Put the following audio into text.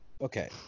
Okay